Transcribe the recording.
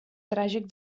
tràgic